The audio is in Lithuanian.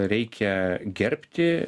reikia gerbti